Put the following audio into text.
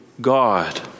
God